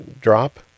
drop